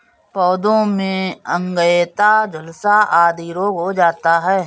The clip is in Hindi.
पौधों में अंगैयता, झुलसा आदि रोग हो जाता है